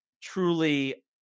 truly